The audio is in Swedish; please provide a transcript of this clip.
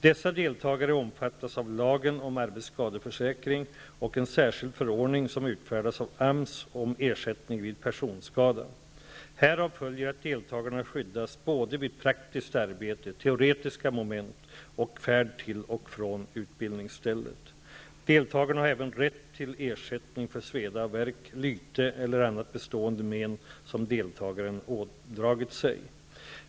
Dessa deltagare omfattas av lagen om arbetsskadeförsäkring och en särskild förordning som utfärdas av AMS om ersättning vid personskada. Härav följer att deltagarna skyddas vid såväl praktiskt arbete och teoretiska moment som färd till och från utbildningsstället. Deltagarna har även rätt till ersättning för sveda och värk, lyte eller annat bestående men som deltagaren ådragit sig.